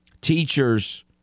teachers